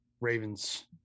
Ravens